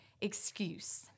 excuse